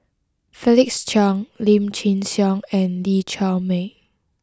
Felix Cheong Lim Chin Siong and Lee Chiaw Meng